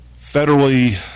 federally